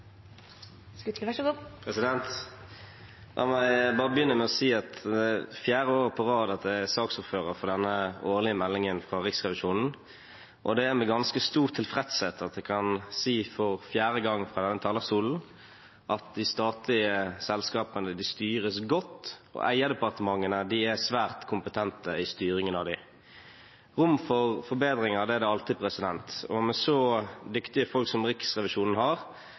forvaltningsloven, og så ser vi på et eller annet tidspunkt om det blir nødvendig å ha en ny gjennomgang av havressursloven. Debatten i sak nr. 2 er omme. La meg begynne med å si at det er fjerde år på rad jeg er saksordfører for denne årlige meldingen fra Riksrevisjonen, og det er med ganske stor tilfredshet at jeg for fjerde gang fra denne talerstolen kan si at de statlige selskapene styres godt, og at eierdepartementene er svært kompetente i styringen av dem. Rom for forbedringer er det